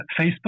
Facebook